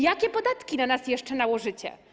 Jakie podatki na nas jeszcze nałożycie?